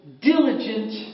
diligent